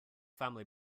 family